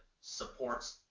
supports